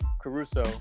Caruso